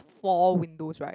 four windows right